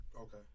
Okay